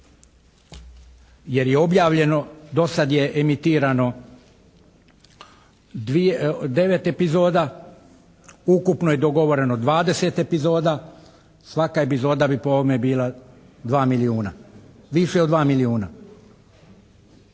jer je objavljeno, do sad je emitirano 9 epizoda, ukupno je dogovoreno 20 epizoda. Svaka epizoda bi po ovome bila 2 milijuna, više od 2 milijuna.